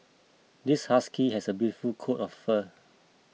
this husky has a beautiful coat of fur